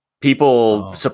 People